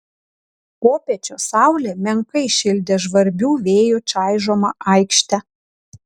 popiečio saulė menkai šildė žvarbių vėjų čaižomą aikštę